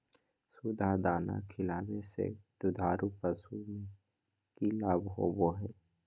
सुधा दाना खिलावे से दुधारू पशु में कि लाभ होबो हय?